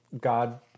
God